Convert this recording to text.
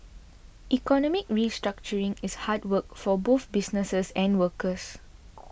economic restructuring is hard work for both businesses and workers